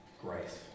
grace